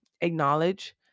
acknowledge